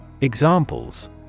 Examples